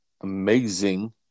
amazing